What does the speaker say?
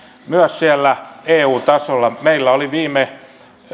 myös siellä eu tasolla meillä oli viime